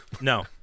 No